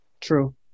True